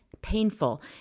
Painful